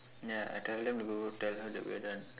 ya I tell them to go tell her that we are done